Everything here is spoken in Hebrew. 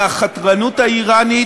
מהחתרנות האיראנית,